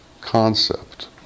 concept